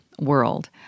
world